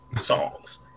songs